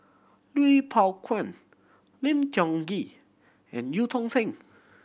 Lui Pao Chuen Lim Tiong Ghee and Eu Tong Sen